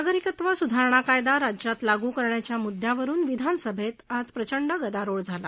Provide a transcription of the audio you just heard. नागरिकत्व सुधारणा कायदा राज्यात लागू करण्याच्या मुद्यावरून विधानसभेत आज प्रचंड गदारोळ झाला